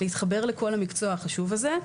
להתחבר לכל המקצוע החשוב הזה.